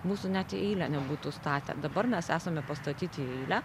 mūsų net į eilę nebūtų statę dabar mes esame pastatyti į eilę